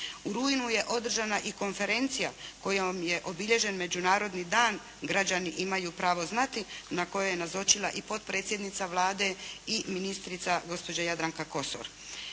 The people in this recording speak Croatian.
U rujnu je održana i konferencija kojom je obilježen međunarodni dan. Građani imaju pravo znati na kojoj je nazočila i potpredsjednica Vlade i ministrica gospođa Jadranka Kosor.